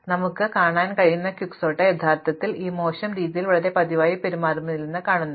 അതിനാൽ നമുക്ക് കാണിക്കാൻ കഴിയുന്ന ക്വിക്സോർട്ട് യഥാർത്ഥത്തിൽ ഈ മോശം രീതിയിൽ വളരെ പതിവായി പെരുമാറുന്നില്ലെന്ന് ഇത് മാറുന്നു